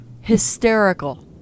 Hysterical